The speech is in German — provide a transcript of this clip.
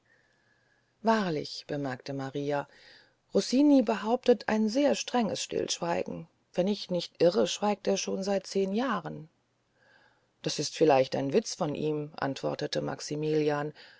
wahrlich bemerkte maria rossini behauptet ein sehr strenges stillschweigen wenn ich nicht irre schweigt er schon seit zehn jahren das ist vielleicht ein witz von ihm antwortete maximilian